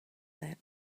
that